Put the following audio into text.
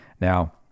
now